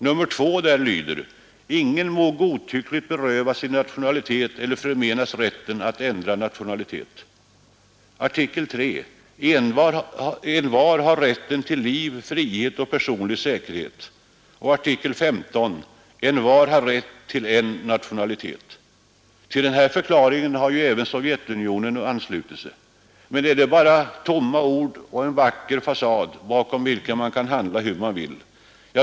Artikel 2 lyder: ”Ingen må godtyckligt berövas sin nationalitet eller förmenas rätten att ändra nationalitet.” Artikel 3: ”Envar har rätten till liv, frihet och personlig säkerhet.” Artikel 15: ”Envar har rätt till en nationalitet.” Till denna förklaring har även Sovjetunionen anslutit sig. Är det bara tomma ord och en vacker fasad, bakom vilken man kan handla hur man vill?